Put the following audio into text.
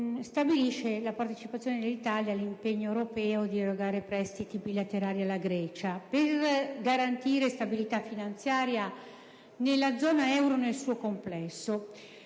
stabilisce la partecipazione dell'Italia all'impegno europeo di erogare prestiti bilaterali alla Grecia per garantire stabilità finanziaria nella zona euro nel suo complesso.